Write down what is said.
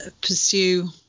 pursue